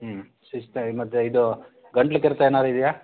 ಹ್ಞೂ ಸುಸ್ತಾಗಿ ಮತ್ತು ಇದು ಗಂಟಲು ಕೆರೆತ ಏನಾರು ಇದೆಯಾ